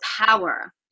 power